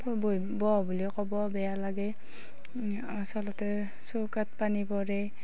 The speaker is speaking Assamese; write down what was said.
বহিব বহ বুলি ক'ব বেয়া লাগে আচলতে চৌকাত পানী পৰে